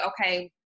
okay